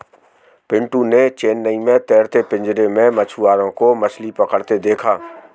पिंटू ने चेन्नई में तैरते पिंजरे में मछुआरों को मछली पकड़ते देखा